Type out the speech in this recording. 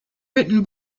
written